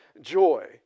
joy